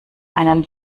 einen